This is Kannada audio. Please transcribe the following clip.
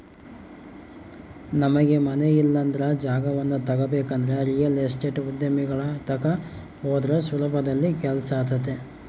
ನಮಗೆ ಮನೆ ಇಲ್ಲಂದ್ರ ಜಾಗವನ್ನ ತಗಬೇಕಂದ್ರ ರಿಯಲ್ ಎಸ್ಟೇಟ್ ಉದ್ಯಮಿಗಳ ತಕ ಹೋದ್ರ ಸುಲಭದಲ್ಲಿ ಕೆಲ್ಸಾತತೆ